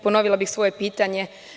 Ponovila bih svoje pitanje.